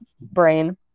brain